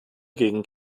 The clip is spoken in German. gegen